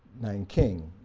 nanking,